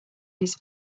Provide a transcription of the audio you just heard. his